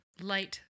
light